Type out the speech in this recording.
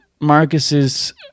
marcus's